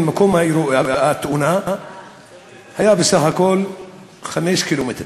מקום התאונה היה בסך הכול 5 קילומטרים.